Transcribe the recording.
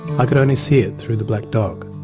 i could only see it through the black dog